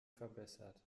verbessert